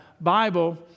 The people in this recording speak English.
Bible